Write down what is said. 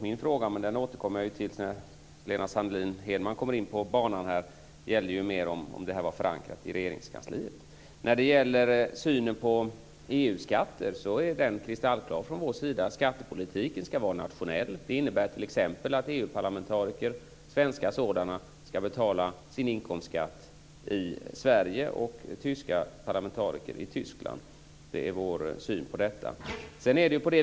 Min fråga - och den återkommer jag till när Lena Sandlin-Hedman går in på banan - gällde mera om det här var förankrat i Synen på EU-skatter är kristallklar från vår sida. Skattepolitiken ska vara nationell. Det innebär t.ex. att EU-parlamentariker, svenska sådana, ska betala sin inkomstskatt i Sverige och tyska parlamentariker i Tyskland. Det är vår syn.